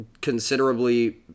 considerably